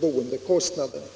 bostadskostnaderna.